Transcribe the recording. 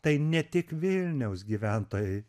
tai ne tik vilniaus gyventojai